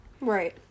right